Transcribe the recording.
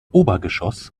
obergeschoss